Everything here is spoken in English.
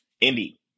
Indeed